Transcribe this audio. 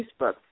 Facebook